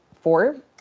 four